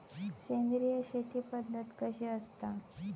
सेंद्रिय शेती पद्धत कशी असता?